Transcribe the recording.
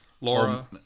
Laura